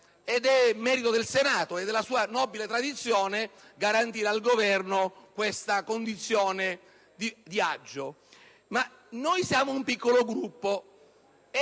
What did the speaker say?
Ed è merito del Senato e della sua nobile tradizione garantire al Governo questa condizione di agio. Ma noi siamo un piccolo Gruppo